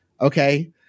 Okay